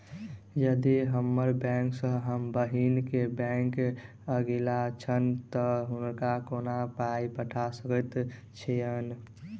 यदि हम्मर बैंक सँ हम बहिन केँ बैंक अगिला छैन तऽ हुनका कोना पाई पठा सकैत छीयैन?